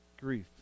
Grief